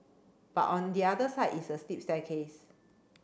but on the other side is a steep staircase